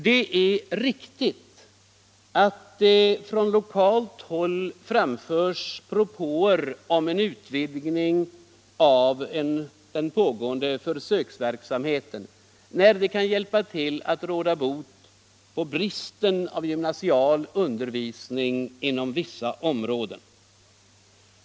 Det är riktigt att det från lokalt håll framförts propåer om en utvidgning av den pågående försöksverksamheten när vi kan hjälpa till med att råda bot på bristen på gymnasial undervisning inom vissa områden.